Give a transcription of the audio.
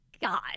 God